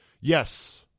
Yes